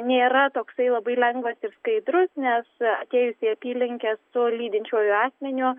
nėra toksai labai lengvas ir skaidrus nes atėjus į apylinkę su lydinčiuoju asmeniu